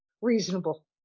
reasonable